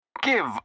Give